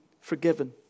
forgiven